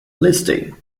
listing